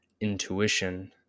intuition